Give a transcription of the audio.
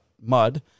mud